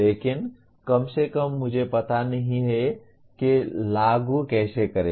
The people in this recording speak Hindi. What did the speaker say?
लेकिन कम से कम मुझे पता नहीं है कि लागू कैसे करें